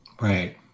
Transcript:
Right